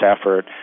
effort